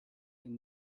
him